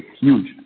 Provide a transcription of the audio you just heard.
huge